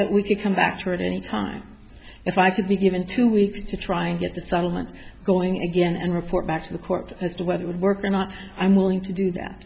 that we could come back to hurt any time if i could be given two weeks to try and get the settlement going again and report back to the court as to whether would work or not i'm willing to do that